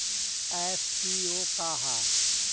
FPO का ह?